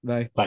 Bye